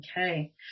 Okay